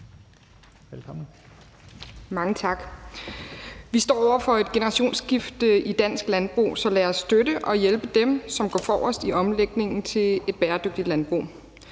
(ALT): Mange tak. Vi står over for et generationsskifte i dansk landbrug, så lad os støtte og hjælpe dem, som går forrest i omlægningen til et bæredygtigt landbrug.